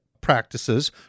practices